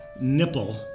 nipple